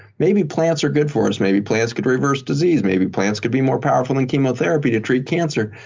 maybe plants are good for us. maybe plants could reverse disease. maybe plants could be more powerful than chemotherapy to treat cancer,